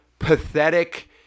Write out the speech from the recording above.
pathetic